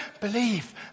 Believe